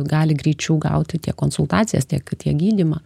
gali greičiau gauti tiek konsultacijas tiek tiek gydymą